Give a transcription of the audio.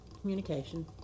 communication